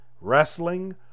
Wrestling